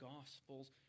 Gospels